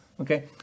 Okay